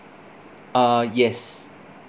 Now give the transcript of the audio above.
uh yes